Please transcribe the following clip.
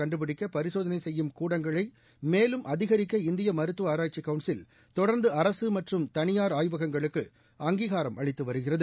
கண்டுபிடிக்க பரிசோதனை செய்யும் கூடங்களை மேலும் அதிகரிக்க இந்திய மருத்துவ ஆராய்ச்சிக் கவுன்சில் தொடர்ந்து அரசு மற்றும் தனியார் ஆய்வகங்களுக்கு அங்கீகாரம் அளித்து வருகிறது